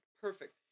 Perfect